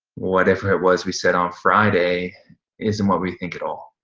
whatever it was we said on friday isn't what we think at all.